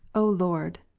o lord,